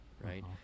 right